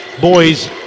boys